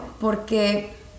porque